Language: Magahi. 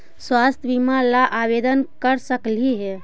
स्वास्थ्य बीमा ला आवेदन कर सकली हे?